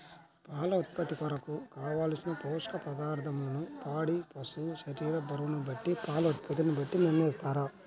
పాల ఉత్పత్తి కొరకు, కావలసిన పోషక పదార్ధములను పాడి పశువు శరీర బరువును బట్టి పాల ఉత్పత్తిని బట్టి నిర్ణయిస్తారా?